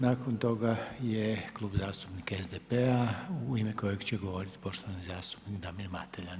Nakon toga je Klub zastupnika SDP-a u ime kojega će govoriti poštovani zastupnik Damir Mateljan.